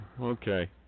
Okay